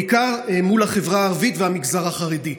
בעיקר מול החברה הערבית והמגזר החרדי.